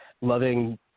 loving